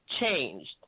changed